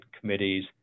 committees